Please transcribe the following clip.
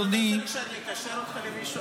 אדוני --- אם אתה רוצה שאני אקשר אותך למישהו,